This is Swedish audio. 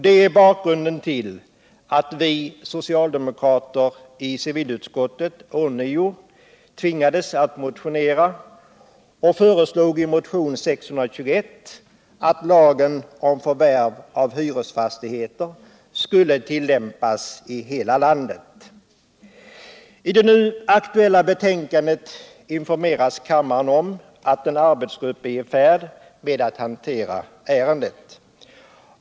Det är bakgrunden till att vi socialdemokrater i civilutskottet ånyo tvingades att motionera. Vi föreslog i motionen 621 att lagen om förvärv av hyresfastigheter skulle tillämpas i hela landet. I det nu aktuella betänkandet informeras kammarens ledamöter om att en arbetsgrupp är i färd med att behandla ärendet.